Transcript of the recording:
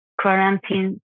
quarantine